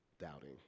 doubting